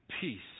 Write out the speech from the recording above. peace